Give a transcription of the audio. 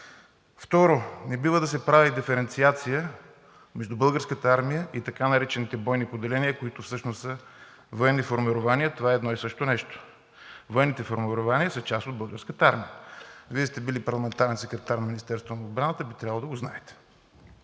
Второ, не бива да се прави диференциация между Българската армия и така наречените бойни поделения, които всъщност са военни формирования и това е едно и също нещо – военните формирования са част от Българската армия. Вие сте били парламентарен секретар на Министерството на отбраната и би трябвало да го знаете.